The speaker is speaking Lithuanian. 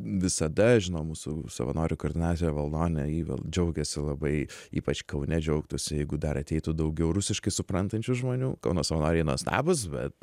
visada žinau mūsų savanorių koordinatorė valdonė yvel džiaugiasi labai ypač kaune džiaugtųsi jeigu dar ateitų daugiau rusiškai suprantančių žmonių kauno savanoriai nuostabūs bet